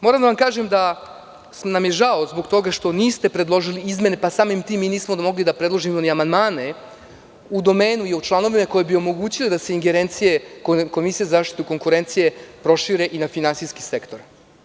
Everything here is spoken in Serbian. Moram da vam kažem da nam je žao zbog toga što niste predložili izmene pa samim tim mi nismo mogli da predložimo ni amandmane u domenu koji bi omogućio da se ingerencije koje Komisija za zaštitu konkurencije ima prošire i na finansijski sektor.